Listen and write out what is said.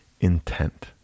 intent